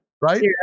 Right